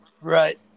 Right